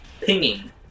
pinging